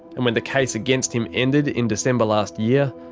and when the case against him ended in december last year,